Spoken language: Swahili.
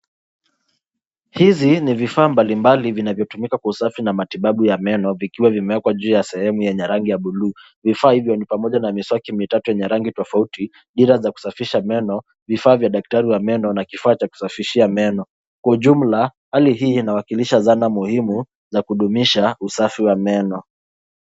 Hizi ni vifaa mbalimbali vinavyotumika katika usafi, na matibabu ya meno, vikiwa vimewekwa juu ya sehemu yenye rangi ya bluu, vifaa hivyo, ni pamoja na miswaki mitatu yenye rangi tofauti, dira za kusafisha meno, vifaa vya daktari wa meno, na kifaa cha kusafishia meno. Kwa ujumla, hali hii inawakilisha zana muhimu, za kudumisha, usafi wa meno.